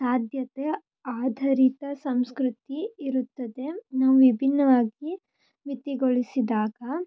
ಸಾಧ್ಯತೆ ಆಧಾರಿತ ಸಂಸ್ಕೃತಿ ಇರುತ್ತದೆ ನಾವು ವಿಭಿನ್ನವಾಗಿ ಮಿತಿಗೊಳಿಸಿದಾಗ